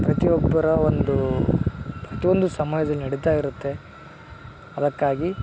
ಪ್ರತಿಯೊಬ್ಬರ ಒಂದು ಪ್ರತಿಯೊಂದು ಸಮಾಜ್ದಲ್ಲಿ ನಡಿತಾ ಇರುತ್ತೆ ಅದಕ್ಕಾಗಿ